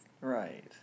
Right